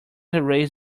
erase